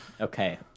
okay